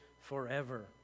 forever